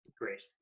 great